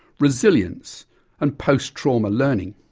resilience and post trauma learning.